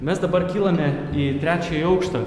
mes dabar kylame į trečiąjį aukštą